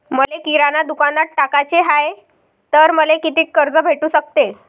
मले किराणा दुकानात टाकाचे हाय तर मले कितीक कर्ज भेटू सकते?